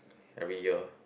every year